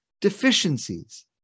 deficiencies